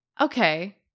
Okay